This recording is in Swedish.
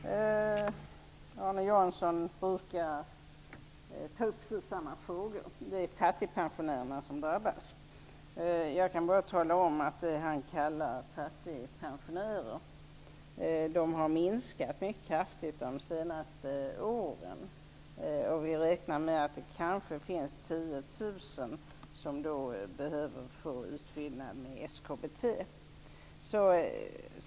Fru talman! Arne Jansson brukar ta upp samma frågor, och vad det gäller är att fattigpensionärerna drabbas. Jag kan bara tala om att de som han kallar fattigpensionärer har minskat rätt kraftigt i antal under de senaste åren. Vi räknar med att det kanske finns 10 000 sådana som behöver få utfyllnad med SKBT.